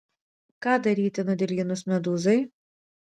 ką daryti nudilginus medūzai